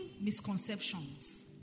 misconceptions